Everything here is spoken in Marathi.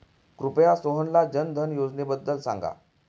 कृपया सोहनला जनधन योजनेबद्दल सांगा